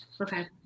Okay